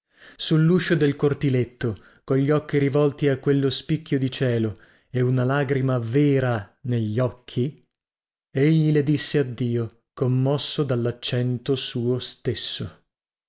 sulluscio del cortiletto cogli occhi rivolti a quello spicchio di cielo e una lagrima vera negli occhi egli le disse addio commosso dallaccento suo istesso